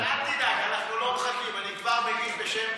אבל אל תדאג, אנחנו לא מחכים, אני כבר מגיש בשם